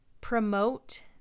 promote